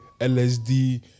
LSD